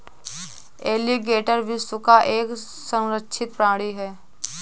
alligator विश्व का एक संरक्षित प्राणी है